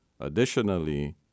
additionally